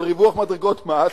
על ריווח מדרגות מס,